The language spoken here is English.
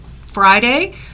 Friday